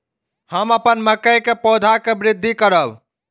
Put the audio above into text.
हम अपन मकई के पौधा के वृद्धि करब?